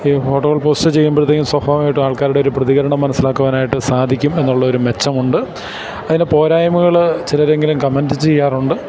ഈ ഫോട്ടോൾ പോസ്റ്റ് ചെയ്യുമ്പോഴത്തേക്കും സ്വാഭാവികമായിട്ട് ആൾക്കാരുടെ ഒരു പ്രതികരണം മനസ്സിലാക്കുവാനായിട്ടു സാധിക്കും എന്നുള്ളൊരു മെച്ചമുണ്ട് അതിന്റെ പോരായ്മുകള് ചിലരെങ്കിലും കമെൻറ് ചെയ്യാറുണ്ട്